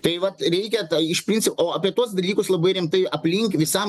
tai vat reikia tą iš princi o apie tuos dalykus labai rimtai aplink visam